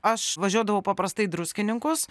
aš važiuodavau paprastai į druskininkus